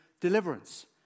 deliverance